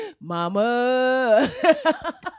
mama